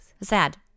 sad